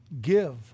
give